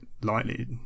lightly